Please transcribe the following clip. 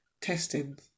testing